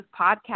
podcast